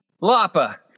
lapa